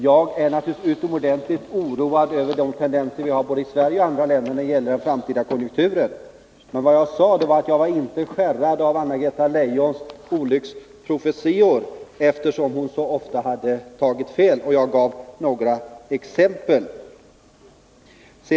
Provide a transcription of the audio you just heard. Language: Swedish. Jag är naturligtvis oroad av tendenserna i Sverige och andra länder när det gäller den framtida konjunkturen. Men vad jag sade var att jag inte var skärrad av Anna-Greta Leijons olycksprofetior, eftersom hon så ofta tagit fel. Jag gav också några exempel.